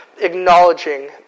acknowledging